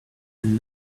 and